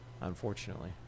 unfortunately